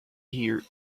here